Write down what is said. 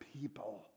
people